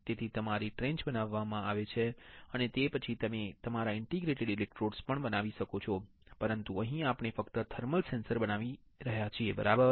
તેથી તમારી ટ્રેન્ચ બનાવવામાં આવે છે અને તે પછી તમે તમારા ઇન્ટર્ડિજિટેટેડ ઇલેક્ટ્રોડ્સ પણ બનાવી શકો છો પરંતુ અહીં આપણે ફક્ત થર્મલ સેન્સર બતાવી રહ્યા છીએ બરાબર